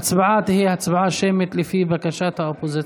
ההצבעה תהיה הצבעה שמית, לפי בקשת האופוזיציה.